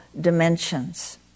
dimensions